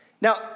Now